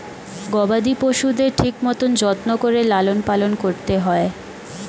গবাদি পশুদের ঠিক মতন যত্ন করে লালন পালন করতে হয়